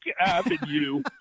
Avenue